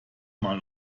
mal